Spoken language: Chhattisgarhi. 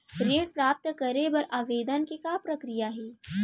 ऋण प्राप्त करे बर आवेदन के का प्रक्रिया हे?